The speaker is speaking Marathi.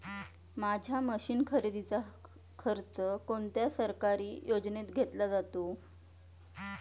माझ्या मशीन खरेदीचा खर्च कोणत्या सरकारी योजनेत घेतला जातो?